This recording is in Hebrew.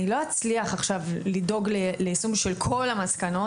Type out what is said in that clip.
אני לא אצליח עכשיו לדאוג ליישום של כל המסקנות.